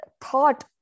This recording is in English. thought